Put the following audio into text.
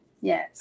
yes